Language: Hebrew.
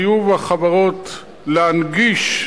חיוב החברות להנגיש,